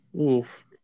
Oof